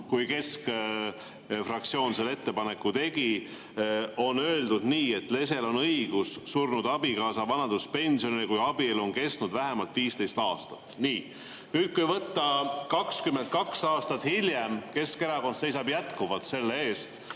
kui keskfraktsioon selle ettepaneku tegi, oli öeldud nii, et lesel on õigus surnud abikaasa vanaduspensionile, kui abielu on kestnud vähemalt 15 aastat. Nii. Nüüd, 22 aastat hiljem seisab Keskerakond jätkuvalt selle eest.